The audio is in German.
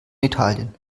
italien